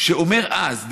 שאומר אז,